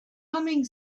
humming